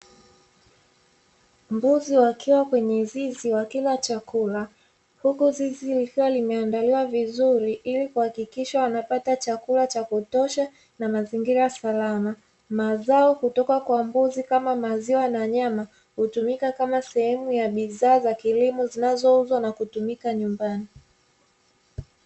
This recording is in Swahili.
Mbuzi wakiwa kwenye zizi wakila chakula, huku zizi likiwa limeandaliwa vizuri ili kuhakikisha wanapata chakula cha kutosha na mazingira salama. Mazao kutoka kwa mbuzi kama maziwa na nyama hutumika kama sehemu ya bidhaa za kilimo zinazouzwa na kutumika nyumbani.